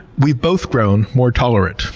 we've both grown more tolerant.